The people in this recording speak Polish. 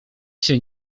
się